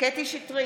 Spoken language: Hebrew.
קטי קטרין שטרית,